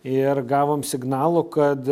ir gavom signalų kad